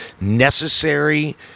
necessary